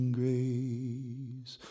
grace